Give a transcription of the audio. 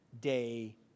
day